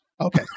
Okay